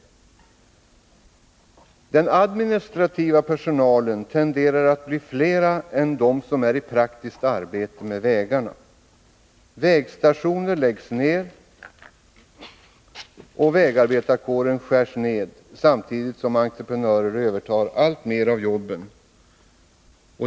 De personer som är sysselsatta inom administrationen tenderar att bli fler än de som är sysselsatta i praktiskt arbete med vägarna. Vägstationer läggs ned och vägarbetarkåren skärs ned samtidigt som Nr 51 entreprenörer övertar alltmer av jobben.